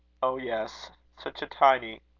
oh, yes such a tiny!